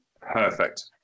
Perfect